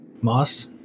Moss